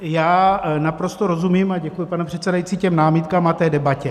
Já naprosto rozumím a děkuji, pane předsedající těm námitkám a té debatě.